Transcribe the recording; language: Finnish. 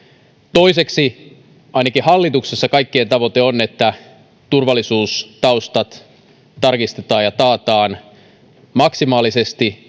toiseksi ainakin hallituksessa kaikkien tavoite on että turvallisuustaustat tarkistetaan ja taataan maksimaalisesti